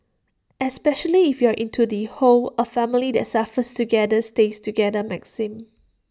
especially if you are into the whole A family that suffers together stays together maxim